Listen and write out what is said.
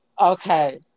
Okay